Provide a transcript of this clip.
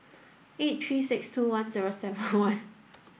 eight three six two one zero seven one